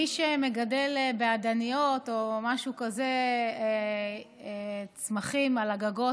מי שמגדל באדניות או משהו כזה צמחים על הגגות,